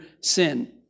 sin